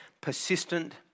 Persistent